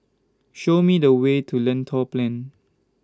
Show Me The Way to Lentor Plain